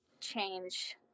change